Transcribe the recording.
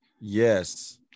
Yes